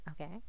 okay